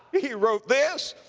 he wrote this,